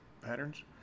patterns